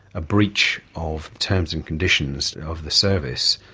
a breach of terms and conditions of the service.